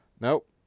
Nope